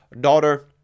Daughter